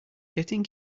getting